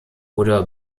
oder